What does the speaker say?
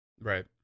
Right